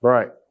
Right